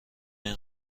این